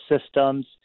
systems